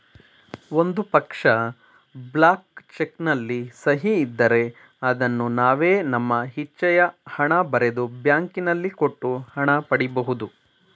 ಒಂದು ಪಕ್ಷ, blank cheque ನಲ್ಲಿ ಸಹಿ ಇದ್ದರೆ ಅದನ್ನು ನಾವೇ ನಮ್ಮ ಇಚ್ಛೆಯ ಹಣ ಬರೆದು, ಬ್ಯಾಂಕಿನಲ್ಲಿ ಕೊಟ್ಟು ಹಣ ಪಡಿ ಬಹುದು